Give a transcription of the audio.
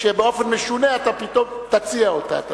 כשבאופן משונה אתה פתאום תציע אותה.